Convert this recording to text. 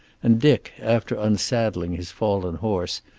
and dick, after unsaddling his fallen horse,